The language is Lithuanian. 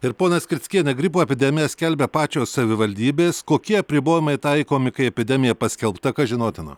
ir ponia skrickienė gripo epidemiją skelbia pačios savivaldybės kokie apribojimai taikomi kai epidemija paskelbta kas žinotina